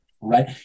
right